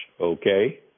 Okay